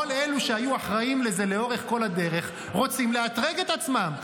כל אלו שהיו אחראים לזה לאורך כל הדרך רוצים לאתרג את עצמם.